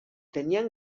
tenien